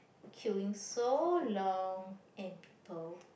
queuing so long and people